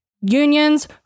unions